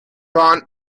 bahn